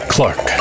Clark